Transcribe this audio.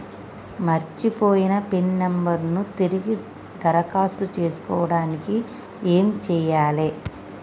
మర్చిపోయిన pin number ను తిరిగి దరఖాస్తు చేసుకోవడానికి ఏమి చేయాలే?